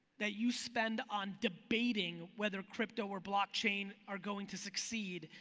that you spend on debating whether crypto or blockchain are going to succeed,